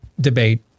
debate